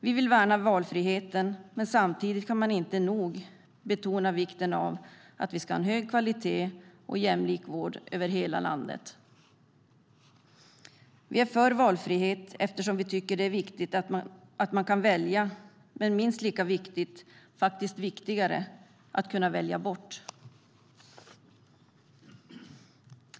Vi vill värna valfriheten, men samtidigt kan man inte nog betona vikten av att vi ska ha en hög kvalitet och jämlik vård över hela landet. Vi är för valfrihet eftersom vi tycker det är viktigt att man kan välja, men minst lika viktigt, faktiskt viktigare, är att kunna välja bort.